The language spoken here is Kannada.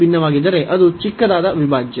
ಭಿನ್ನವಾಗಿದ್ದರೆ ಅದು ಚಿಕ್ಕದಾದ ಅವಿಭಾಜ್ಯ